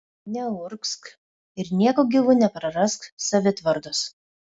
neurgzk ir nieku gyvu neprarask savitvardos